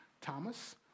Thomas